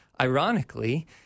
ironically